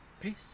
Peace